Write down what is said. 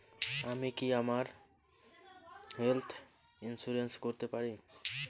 আমি কি আমার হেলথ ইন্সুরেন্স করতে পারি?